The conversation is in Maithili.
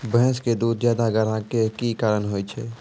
भैंस के दूध ज्यादा गाढ़ा के कि कारण से होय छै?